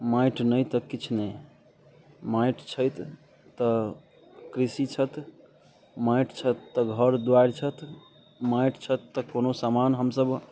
माटि नहि तऽ किछु नहि माटि छथि तऽ कृषि छथि माटि छथि तऽ घर दुआरि छथि माटि छथि तऽ कोनो सामान हमसभ